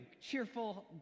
cheerful